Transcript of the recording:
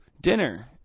dinner